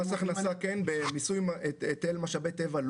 במס הכנסה כן, בהיטל משאבי טבע לא.